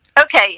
Okay